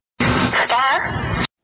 Star